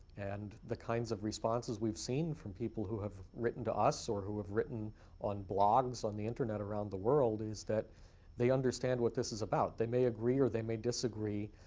and the kinds of responses we've seen from people who have written to us or who have written on blogs on the internet around the world is that they understand what this is about. they may agree or they may disagree,